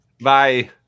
Bye